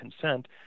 consent